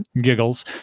giggles